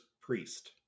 Priest